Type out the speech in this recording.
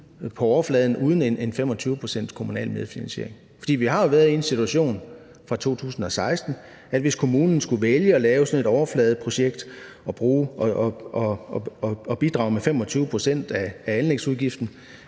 på overfladen uden 25 pct. kommunal medfinansiering. For vi har jo været i den situation fra 2016, at hvis kommunen skulle vælge at lave sådan et overfladeprojekt og bidrage med 25 pct. af anlægsudgiften,